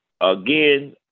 again